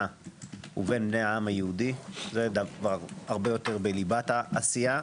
ובין בני העם היהודי זה הרבה יותר בליבת העשייה,